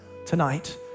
Tonight